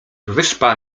wyspa